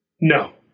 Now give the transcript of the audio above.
no